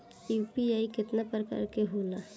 UPI केतना प्रकार के होला?